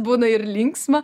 būna ir linksma